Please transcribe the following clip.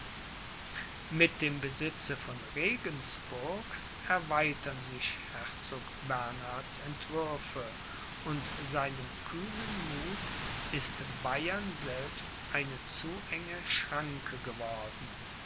mit dem besitze von regensburg erweitern sich herzog bernhards entwürfe und seinem kühnen muth ist bayern selbst eine zu enge schranke geworden